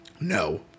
no